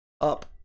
up